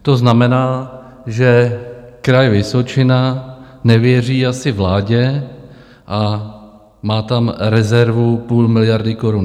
To znamená, že Kraj Vysočina nevěří asi vládě a má tam rezervu půl miliardy korun.